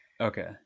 Okay